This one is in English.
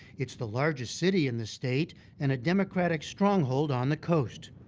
it's the largest city in the state and a democratic stronghold on the coast.